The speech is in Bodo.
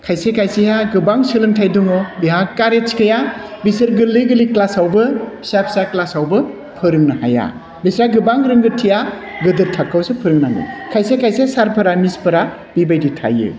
खायसे खायसेहा गोबां सोलोंथाइ दङ बेहा कारेज गैया बिसोर गोरलै गोरलै क्लासआवबो फिसा फिसा क्लासआवबो फोरोंनो हाया बिस्रा गोबां रोंगौथिया गेदेर थाखोआवसो फोरोंनांगोन खायसे खायसे सारफोरा मिसफोरा बिबायदि थायो